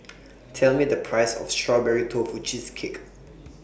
Tell Me The Price of Strawberry Tofu Cheesecake